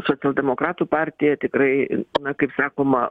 socialdemokratų partija tikrai kaip sakoma